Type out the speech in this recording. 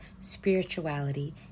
spirituality